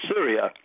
Syria